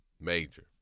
Major